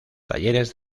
talleres